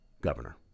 governor